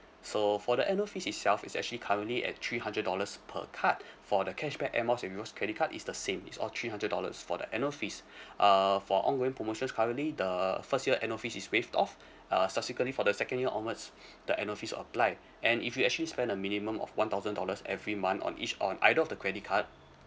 so for the annual fees itself is actually currently at three hundred dollars per card so the cashback air miles and rewards credit card is the same it's all three hundred dollars for the annual fees uh for ongoing promotions currently the first year annual fees is waived off uh subsequently for the second year onwards the annual fees applied and if you actually spend a minimum of one thousand dollars every month on each or either of the credit card